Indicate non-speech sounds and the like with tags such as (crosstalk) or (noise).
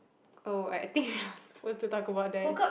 oh I think (breath) what's to talk about that